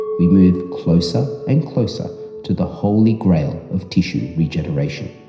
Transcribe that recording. we move closer and closer to the holy grail of tissue regeneration.